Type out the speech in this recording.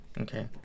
Okay